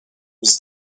was